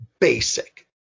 basic